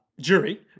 Jury